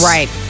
Right